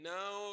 now